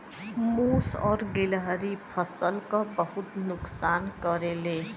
मुस और गिलहरी फसल क बहुत नुकसान करेले